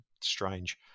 Strange